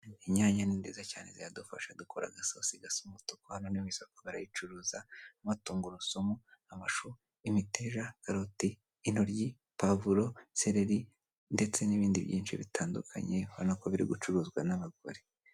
Inyanya ni nziza cyane zidufasha dukora agasosi gasa n'umutuku hano mu isoko barayicuruza harimo tungurusumu, imitera, karoti, intoryi, pavuro, seleri ndetse n'ibindi byinshi bitandukanye, urabonako biri gucuruzwa n'abagore.